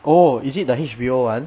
oh is it the H_B_O [one]